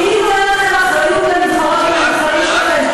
כאחרוני עובדי הקבלן.